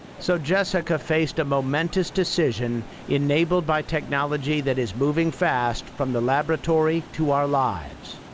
so, jessica faced a momentous decision enabled by technology that is moving fast from the laboratory to our lives.